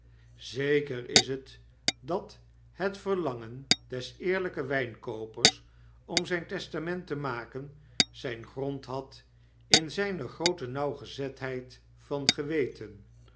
zeker is het dat het verlangen des eerlpen wijnkoopers om zyn testament te maken zyn grond had in zyne groote nauwgezetheid van geweten